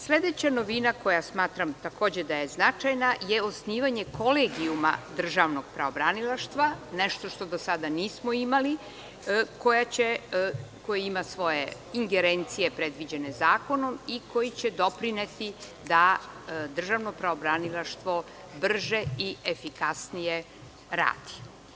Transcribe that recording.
Sledeća novina koju smatram takođe da je značajna je osnivanje kolegijuma državnog pravobranilaštva, nešto što do sada nismo imali, koji ima svoje ingerencije predviđene zakonom i koji će doprineti da državno pravobranilaštvo brže i efikasnije radi.